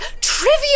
trivia